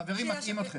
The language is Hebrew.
חברים, מטעים אתכם.